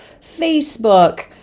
Facebook